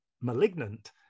malignant